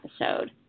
episode